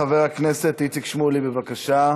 חבר הכנסת איציק שמולי, בבקשה.